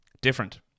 different